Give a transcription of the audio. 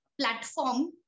platform